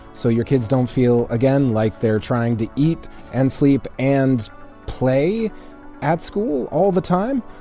so your kids don't feel, again, like they're trying to eat and sleep and play at school all the time.